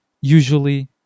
Usually